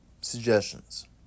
suggestions